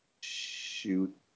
shoot